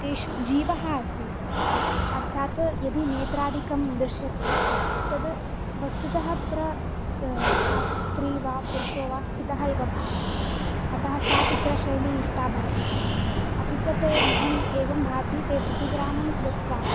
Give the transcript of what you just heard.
तेषु जीवः आसीत् अर्थात् यदि नेत्रादिकं दृश्यते तद् वस्तुतः तत्र स् काचित् स्त्री वा पुरुषो वा स्थितः इव भाति अतः सा चित्रशैली इष्टा भवति स्म अपि च ते मह्यम् एवं भाति ते प्रतिग्रामं गत्वा